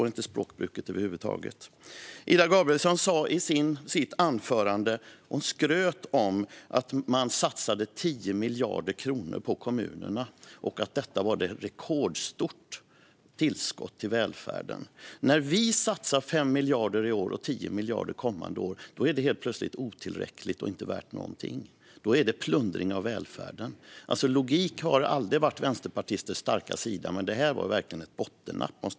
Ida Gabrielsson skröt i sitt anförande om satsningar på 10 miljarder till kommunerna och sa att det var ett rekordstort tillskott till välfärden. När vi satsar 5 miljarder i år och 10 miljarder kommande år är det helt plötsligt otillräckligt och inte värt någonting. Då heter det plundring av välfärden. Logik har aldrig varit vänsterpartisters starka sida, men detta var verkligen ett bottennapp.